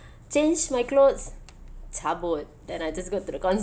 change my clothes cabut then I just go to the concert